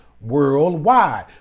Worldwide